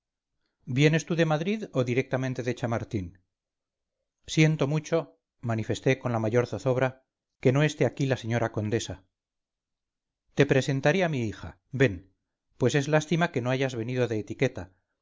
vienes tú de madrid o directamente de chamartín siento mucho manifesté con la mayor zozobra que no esté aquí la señora condesa te presentaré a mi hija ven pues es lástima que no hayas venido de etiqueta